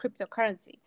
cryptocurrency